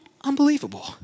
Unbelievable